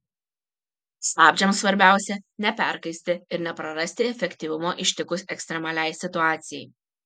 stabdžiams svarbiausia neperkaisti ir neprarasti efektyvumo ištikus ekstremaliai situacijai